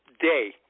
day